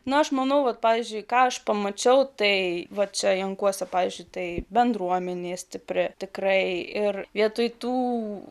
na aš manau vat pavyzdžiui ką aš pamačiau tai vat čia jankuose pavyzdžiui tai bendruomenė stipri tikrai ir vietoj tų